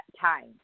time